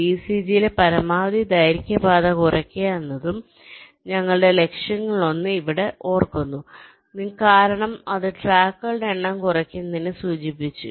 വിസിജിയിലെ പരമാവധി ദൈർഘ്യ പാത കുറയ്ക്കുക എന്നതും ഞങ്ങളുടെ ലക്ഷ്യങ്ങളിലൊന്ന് നിങ്ങൾ ഇവിടെ ഓർക്കുന്നു കാരണം അത് ട്രാക്കുകളുടെ എണ്ണം കുറയ്ക്കുന്നതിനെ സൂചിപ്പിക്കുന്നു